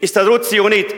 ההסתדרות הציונית,